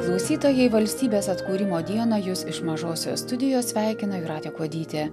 klausytojai valstybės atkūrimo dieną jus iš mažosios studijos sveikina jūratė kuodytė